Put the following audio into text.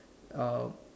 uh